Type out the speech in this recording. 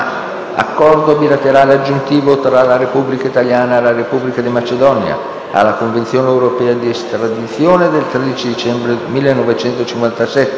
*Accordo bilaterale aggiuntivo tra la Repubblica italiana e la Repubblica di Macedonia alla Convenzione europea di estradizione del 13 dicembre 1957,